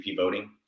voting